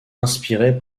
inspiré